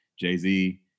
Jay-Z